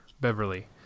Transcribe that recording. Beverly